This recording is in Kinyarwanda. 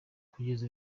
kugeza